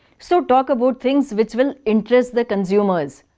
so talk about things which will interest the consumers.